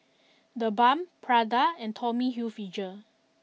TheBalm Prada and Tommy Hilfiger